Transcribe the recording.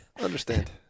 understand